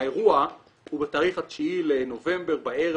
האירוע הוא בתאריך ה-9 בנובמבר בערב,